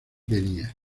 kenia